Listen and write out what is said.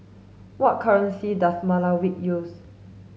what currency does Malawi use